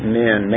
men